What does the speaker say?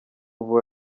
vuba